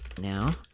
now